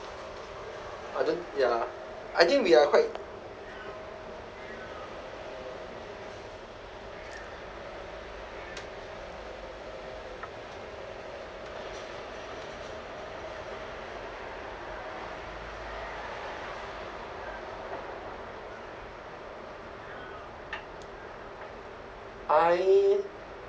I don't ya I think we are quite I